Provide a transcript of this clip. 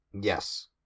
Yes